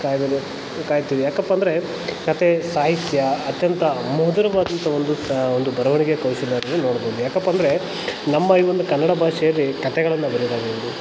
ಕಾಯಲು ಕಾಯುತ್ತಿದೆ ಯಾಕಪ್ಪ ಅಂದರೆ ಕಥೆ ಸಾಹಿತ್ಯ ಅತ್ಯಂತ ಮಧುರವಾದಂಥ ಒಂದು ಒಂದು ಬರವಣಿಗೆ ಕೌಶಲ್ಯ ಅನ್ನೋದನ್ನ ನೋಡ್ಬೋದು ಯಾಕಪ್ಪ ಅಂದರೆ ನಮ್ಮ ಈ ಒಂದು ಕನ್ನಡ ಭಾಷೇಲಿ ಕಥೆಗಳನ್ನು ಬರೆಯೋದಾಗಿರ್ಬೋದು